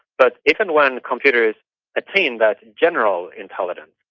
but if and when computers attain that general intelligence,